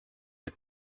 for